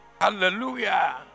Hallelujah